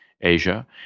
Asia